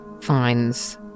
finds